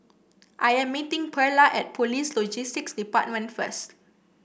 I am meeting Pearla at Police Logistics Department first